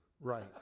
Right